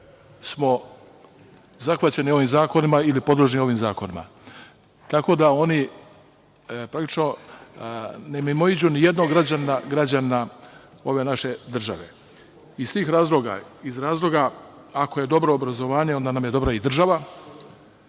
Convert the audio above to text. smo zahvaćeni ovim zakonima ili podložni ovim zakonima, tako da oni praktično ne mimoiđu ni jednog građana ove naše države. Iz tih razloga, iz razloga ako je dobro obrazovanje, onda nam je i dobra država